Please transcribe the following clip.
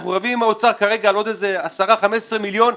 אנחנו רבים עם האוצר כרגע על עוד 15-10 מיליון שקלים,